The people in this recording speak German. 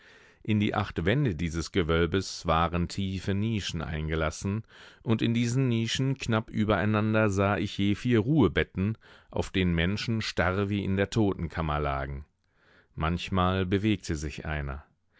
in die acht wände dieses gewölbes waren tiefe nischen eingelassen und in diesen nischen knapp übereinander sah ich je vier ruhebetten auf denen menschen starr wie in der totenkammer lagen manchmal bewegte sich einer